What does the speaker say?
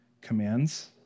commands